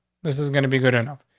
this is gonna be good enough.